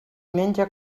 menja